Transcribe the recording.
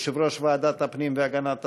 יושב-ראש ועדת הפנים והגנת הסביבה,